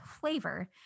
flavor